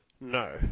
No